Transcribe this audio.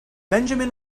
benjamin